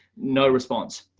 no response,